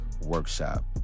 Workshop